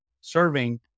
serving